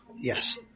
yes